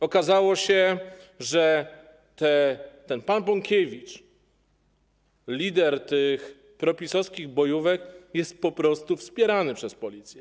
Okazało się, że pan Bąkiewicz, lider tych pro-PiS-owskich bojówek, jest po prostu wspierany przez Policję.